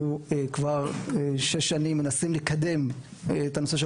אנחנו כבר שש שנים מנסים לקדם את הנושא של